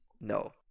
no